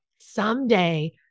Someday